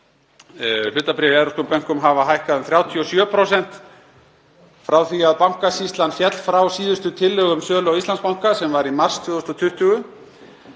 Hlutabréf í evrópskum bönkum hafa hækkað um 37% frá því að Bankasýslan féll frá síðustu tillögu um sölu á Íslandsbanka, sem var í mars 2020.